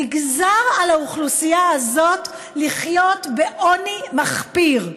נגזר על האוכלוסייה הזאת לחיות בעוני מחפיר.